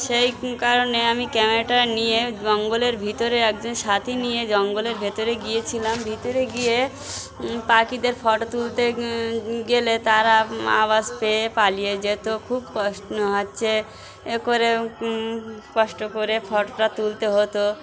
সেই কারণে আমি ক্যামেরাটা নিয়ে জঙ্গলের ভিতরে একজন সাথী নিয়ে জঙ্গলের ভেতরে গিয়েছিলাম ভিতরে গিয়ে পাখিদের ফটো তুলতে গেলে তারা আওয়াজ পেয়ে পালিয়ে যেত খুব কষ্ট হচ্ছে এ করে কষ্ট করে ফটোটা তুলতে হতো